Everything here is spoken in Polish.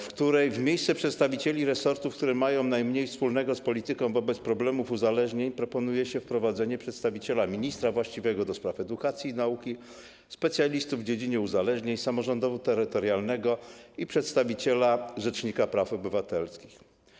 W miejsce przedstawicieli resortów, które mają najmniej wspólnego z polityką dotyczącą problemów uzależnień, proponuje się wprowadzenie przedstawiciela ministra właściwego do spraw edukacji i nauki, specjalistów w dziedzinie uzależnień, samorządu terytorialnego i przedstawiciela rzecznika praw obywatelskich.